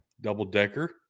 double-decker